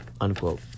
unquote